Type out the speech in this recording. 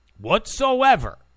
whatsoever